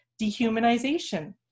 dehumanization